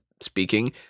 speaking